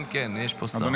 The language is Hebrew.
כן, יש פה שר.